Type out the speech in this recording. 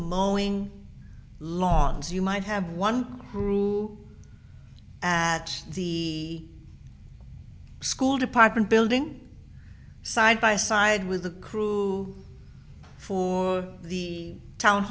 mauling laws you might have one at the school department building side by side with the crew for the town